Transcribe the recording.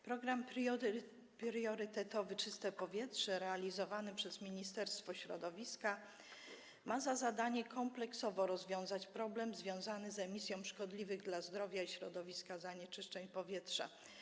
Program priorytetowy „Czyste powietrze” realizowany przez Ministerstwo Środowiska ma za zadanie kompleksowo rozwiązać problem związany z emisją szkodliwych dla zdrowia i środowiska zanieczyszczeń powietrza.